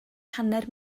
hanner